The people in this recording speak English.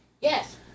Yes